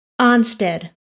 Onstead